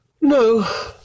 No